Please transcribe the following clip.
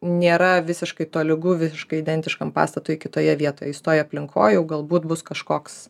nėra visiškai tolygu visiškai identiškam pastatui kitoje vietoje jis toj aplinkoj jau galbūt bus kažkoks